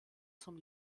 zum